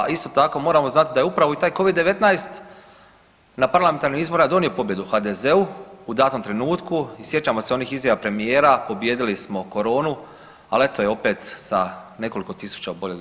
Isto tako, moramo znati da je upravo i taj Covid-19 na parlamentarnim izborima donio pobjedu HDZ-u u datom trenutku i sjećamo se onih izjava premijera, pobijedili smo koronu, ali eto je opet sa nekoliko tisuća oboljelih dnevno.